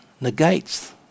negates